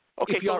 Okay